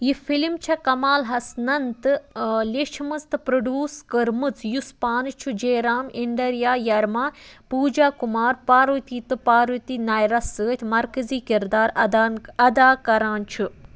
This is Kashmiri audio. یہِ فلِم چھےٚ کمال حسنن تہٕ لیٖچھمٕژ تہٕ پرٛوڈیوس کٔرمٕژ یُس پانہٕ چھُ Jayaram Andrea Jeremiah Pooja Kumar Parvathy تہٕ پارؤتی نائرَس سۭتۍ مرکٔزی کِرداراَدان ادا کران چھُ